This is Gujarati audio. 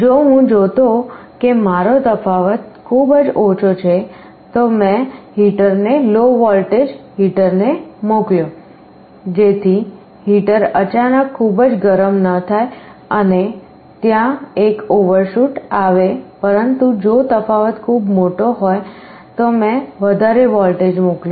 જો હું જોતો કે મારો તફાવત ખૂબ જ ઓછો છે તો મેં હીટરને લો વોલ્ટેજ મોકલ્યો જેથી હીટર અચાનક ખૂબ ગરમ ન થાય અને ત્યાં એક ઓવરશૂટ આવે પરંતુ જો તફાવત ખૂબ મોટો હોય તો મેં વધારે વોલ્ટેજ મોકલ્યો